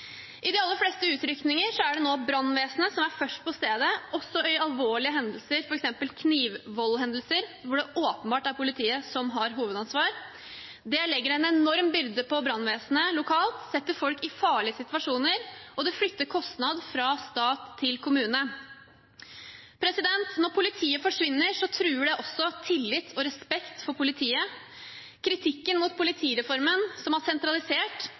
I de aller fleste utrykninger er det nå brannvesenet som er først på stedet, også i alvorlige hendelser, f.eks. knivvoldhendelser, der det åpenbart er politiet som har hovedansvar. Det legger en enorm byrde på brannvesenet lokalt, det setter folk i farlige situasjoner, og det flytter kostnader fra stat til kommune. Når politiet forsvinner, truer det også tillit og respekt for politiet. Kritikken mot politireformen, som har sentralisert,